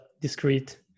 discrete